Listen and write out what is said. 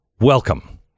Welcome